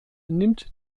nimmt